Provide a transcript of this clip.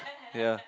ya